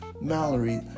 Mallory